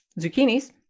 zucchinis